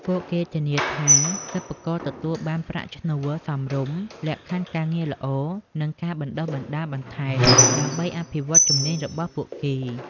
ពួកគេធានាថាសិប្បករទទួលបានប្រាក់ឈ្នួលសមរម្យ លក្ខខណ្ឌការងារល្អ និងការបណ្តុះបណ្តាលបន្ថែមដើម្បីអភិវឌ្ឍជំនាញរបស់ពួកគេ ។